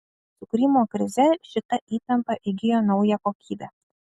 su krymo krize šita įtampa įgijo naują kokybę